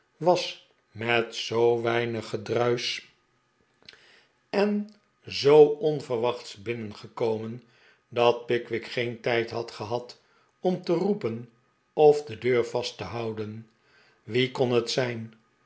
was met zoo weinig gedruisch de pickwick club en zoo onverwachts binnengekomen dat pickwick geen tijd had gehad om te roepen of de deur vast te houden wie kon het zijn